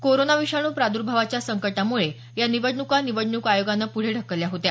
corona विषाणू प्रादुर्भावाच्या संकटामुळे या निवडणुका निवडणूक आयोगानं पुढे ढकलल्या होत्या